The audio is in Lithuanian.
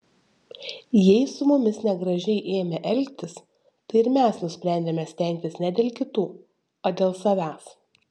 jei su mumis negražiai ėmė elgtis tai ir mes nusprendėme stengtis ne dėl kitų o dėl savęs